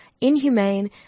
inhumane